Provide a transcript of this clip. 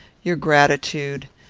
your gratitude,